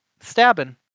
stabbing